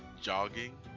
jogging